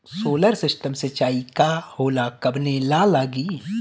Solar system सिचाई का होला कवने ला लागी?